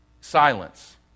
Silence